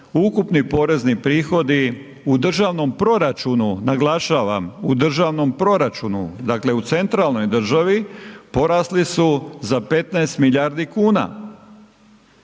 ukupni porezni prihodi u državnom proračunu, naglašavam u državnom proračunu, dakle u centralnoj državi porasli su za 15 milijardi kuna.